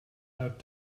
out